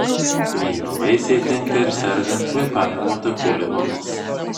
kmyno vaisiai tinka ir sergant kvėpavimo takų ligomis